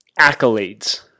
accolades